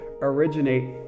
originate